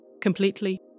completely